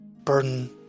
burden